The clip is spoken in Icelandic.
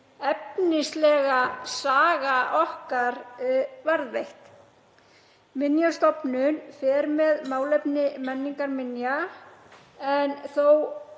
efnislega saga okkar varðveitt. Minjastofnun fer með málefni menningarminja, en þó